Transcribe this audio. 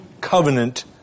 Covenant